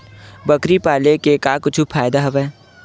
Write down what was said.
बकरी पाले ले का कुछु फ़ायदा हवय?